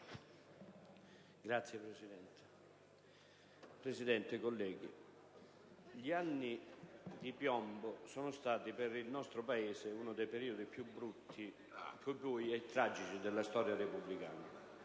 *(IdV)*. Signora Presidente, colleghi, gli anni di piombo sono stati per il nostro Paese uno dei periodi più bui e tragici della storia repubblicana.